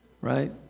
right